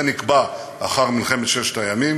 זה נקבע לאחר מלחמת ששת הימים,